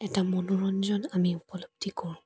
এটা মনোৰঞ্জন আমি উপলব্ধি কৰোঁ